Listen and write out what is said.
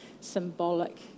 symbolic